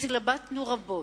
התלבטנו רבות.